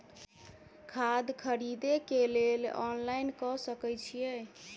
खाद खरीदे केँ लेल ऑनलाइन कऽ सकय छीयै?